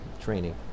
training